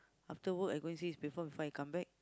after work I go and see come back